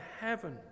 heaven